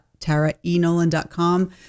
TaraEnolan.com